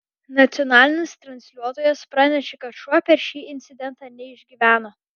nacionalinis transliuotojas pranešė kad šuo per šį incidentą neišgyveno